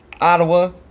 Ottawa